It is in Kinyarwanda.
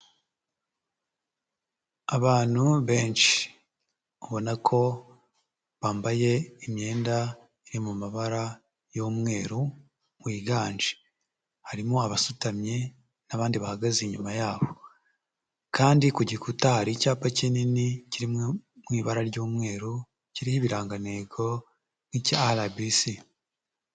Abantu benshi babona ko bambaye imyenda iri mu mabara y'umweru wiganje. Harimo abasutamye n'abandi bahagaze inyuma yaho kandi ku gikuta hari icyapa kinini kiri mu ibara ry'umweru kiriho ibirangantego nk'icya RBC.